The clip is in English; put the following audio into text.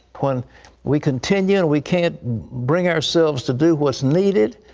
when we continue, and we can't bring ourselves to do what's needed,